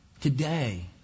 Today